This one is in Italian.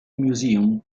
museum